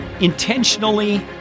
intentionally